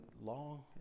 long